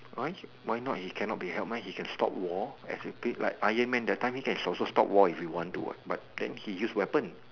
why why not he can not be help meh he can stop war as you like Ironman that time he can also stop wall if he want to what but then he use weapon